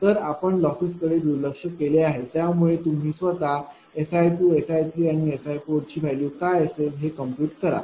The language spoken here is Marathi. तर आपण लॉसेस कडे दुर्लक्ष केले आहे त्यामुळे तुम्ही स्वतः SI SI आणि SI ची व्हॅल्यू काय असेल हे कम्प्युट करा